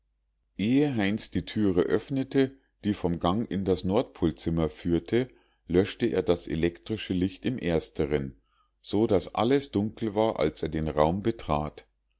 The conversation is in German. heinz die türe öffnete die vom gang in das nordpolzimmer führte löschte er das elektrische licht im ersteren so daß alles dunkel war als er den raum betrat